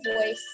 voice